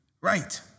right